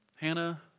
Hannah